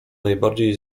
najbardziej